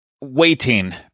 waiting